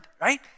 right